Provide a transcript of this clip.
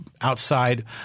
outside